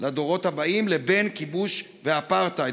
לדורות הבאים לבין כיבוש ואפרטהייד.